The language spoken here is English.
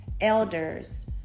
elders